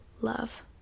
love